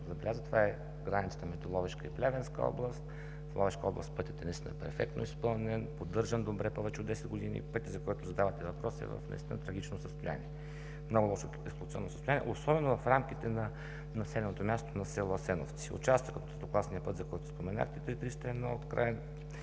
това е границата между Ловешка и Плевенска област. В Ловешка област пътят е наистина перфектно изпълнен, поддържан добре повече от 10 години. Пътят, за който задавате въпроса, е в трагично състояние, в много лошо експлоатационно състояние, особено в рамките на населеното място на село Асеновци. Участъкът от третокласния път, за който споменахте – ІІІ-301 от